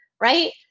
right